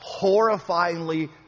horrifyingly